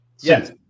Yes